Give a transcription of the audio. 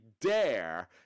dare